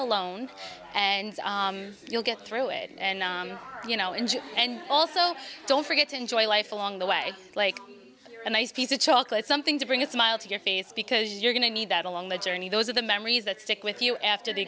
alone and you'll get through it and you know enjoy and also don't forget to enjoy life along the way like a nice piece of chocolate something to bring a smile to your face because you're going to need that along the journey those are the memories that stick with you after the